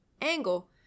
angle